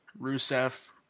Rusev